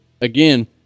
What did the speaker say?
again